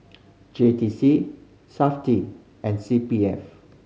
J T C Safti and C P F